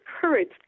courage